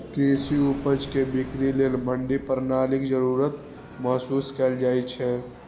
कृषि उपज के बिक्री लेल मंडी प्रणालीक जरूरत महसूस कैल जाइ छै